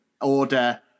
order